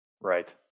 Right